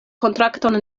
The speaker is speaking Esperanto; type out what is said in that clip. kontrakton